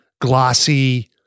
glossy